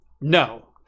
no